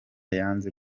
yanze